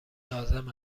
لازم